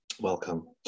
Welcome